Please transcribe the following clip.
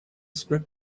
script